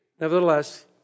Nevertheless